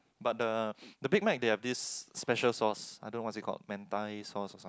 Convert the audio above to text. but the the big night they have this special sauce I don't know what it's called mentai sauce or some